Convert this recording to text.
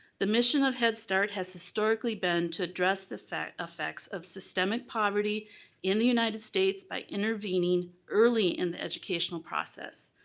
the mission of head start has historically been to address the affects of systemic poverty in the united states by intervening early in the educational process.